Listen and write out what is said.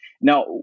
Now